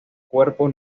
cuerpo